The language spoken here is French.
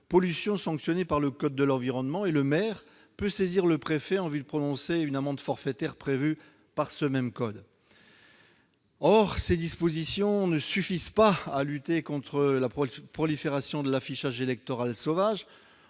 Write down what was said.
pollution sanctionnée par le code de l'environnement, et le maire peut saisir le préfet en vue de prononcer une amende forfaitaire prévue par ce même code. Or ces dispositions ne suffisent pas pour lutter contre la prolifération de l'affichage électoral sauvage.